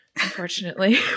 Unfortunately